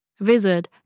Visit